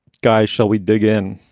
guys, shall we dig in?